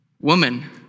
Woman